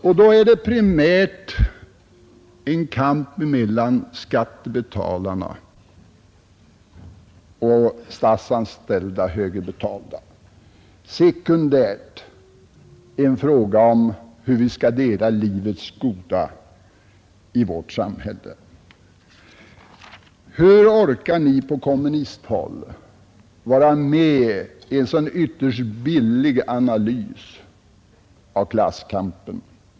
Primärt är det en kamp mellan skattebetalarna och de statsanställda högbetalda, sekundärt är det en fråga om hur vi skall dela livets goda i vårt samhälle. Hur orkar ni på kommunisthåll vara med om en så ytterst billig analys av klasskampen?